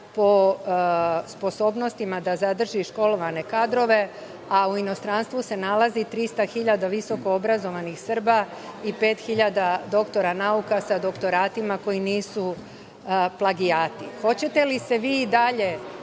po sposobnostima da zadrži školovane kadrove, a u inostranstvu se nalazi 300 hiljada visokoobrazovanih Srba i pet hiljada doktora nauka sa doktoratima koji nisu plagijati. Hoćete li se vi i dalje